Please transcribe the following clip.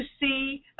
see